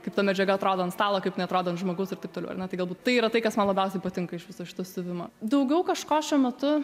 kaip ta medžiaga atrodo ant stalo kaip jinai atrodo ant žmogaus ir taip toliau ar ne tai galbūt tai yra tai kas man labiausiai patinka iš viso šito siuvimo daugiau kažko šiuo metu